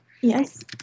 Yes